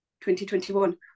2021